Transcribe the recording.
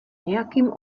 nějakým